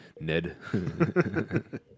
Ned